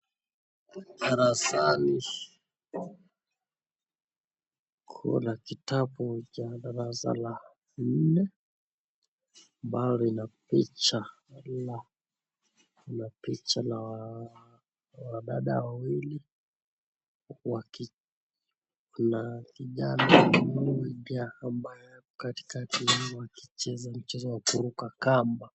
Darasani kuna kitabu cha darasa la nne ambalo lina picha lina picha la wadada wawili na kijana mmoja ambaye yuko katikati yao wakicheza mchezo wa kuruka kamba.